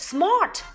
Smart